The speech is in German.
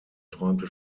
träumte